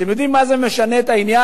אתם יודעים מה זה משנה את העניין?